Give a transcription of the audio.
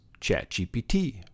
ChatGPT